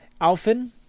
Alfin